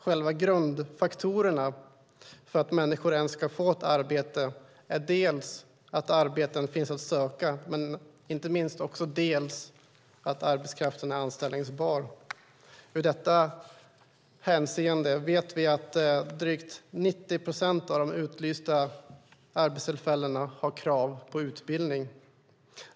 Själva grundförutsättningarna för att människor ens ska få ett arbete är dels att arbeten finns att söka dels, inte minst, att arbetskraften är anställningsbar. Vi vet att drygt 90 procent av de utlysta arbetstillfällena har krav på utbildning.